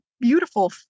beautiful